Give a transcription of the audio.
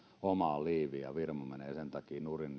omaan liiviin ja firma menee sen takia nurin